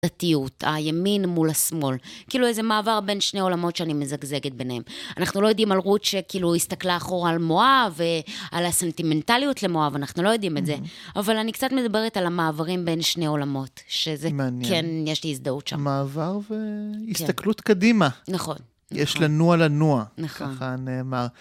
הדתיות, הימין מול השמאל, כאילו איזה מעבר בין שני עולמות שאני מזגזגת ביניהם. אנחנו לא יודעים על רות שכאילו, הסתכלה אחורה על מואב, ועל הסנטימנטליות למואב. אנחנו לא יודעים את זה, אבל אני קצת מדברת על המעברים בין שני עולמות, שזה... מעניין. כן, יש לי הזדהות שם. מעבר והסתכלות קדימה. נכון. יש לנוע לנוע. נכון. ככה נאמר...